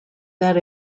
that